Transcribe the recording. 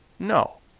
no,